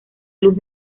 luz